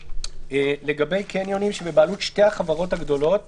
לגבי קניונים שבבעלות שתי החברות הגדולות